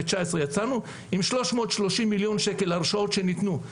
ב2019 יצאנו עם 330 מיליון שקל הרשאות שניתנו.